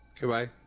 Goodbye